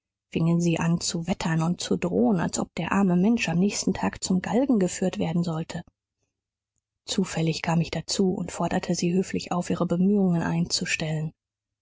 fingen sie an zu wettern und zu drohen als ob der arme mensch am nächsten tag zum galgen geführt werden sollte zufällig kam ich dazu und forderte sie höflich auf ihre bemühungen einzustellen